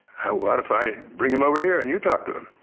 what if i bring him over here and you talk to him?